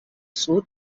sud